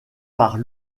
par